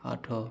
ଆଠ